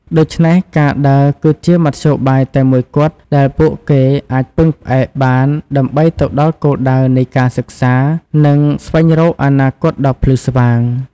ដូច្នេះ ការដើរគឺជាមធ្យោបាយតែមួយគត់ដែលពួកគេអាចពឹងផ្អែកបានដើម្បីទៅដល់គោលដៅនៃការសិក្សា និងស្វែងរកអនាគតដ៏ភ្លឺស្វាង។